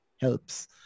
helps